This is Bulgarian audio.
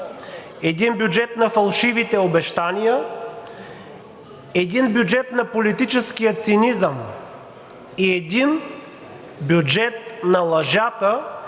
един бюджет на фалшивите обещания, един бюджет на политическия цинизъм и един бюджет на лъжата,